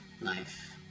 life